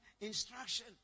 instruction